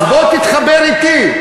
זה לא נכון, אז בוא תתחבר אתי.